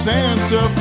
Santa